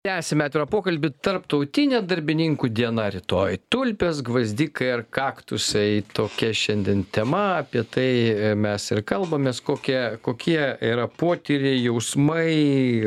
tęsiam atvirą pokalbį tarptautinė darbininkų diena rytoj tulpės gvazdikai ar kaktusai tokia šiandien tema apie tai mes ir kalbamės kokie kokie yra potyriai jausmai